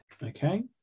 Okay